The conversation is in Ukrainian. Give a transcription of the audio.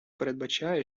передбачає